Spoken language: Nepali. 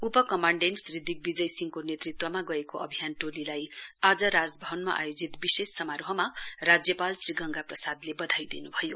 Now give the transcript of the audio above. उप कमाण्डेण्ट श्री दिगविजय सिंहको नेतृत्वमा गएको अभियान टोलीलाई आज राजभवनमा आयोजित विशेष समारोहमा राज्यपाल श्री गंगा प्रसादले बधाई दिनुभयो